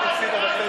אבל פתאום הכול מתהפך,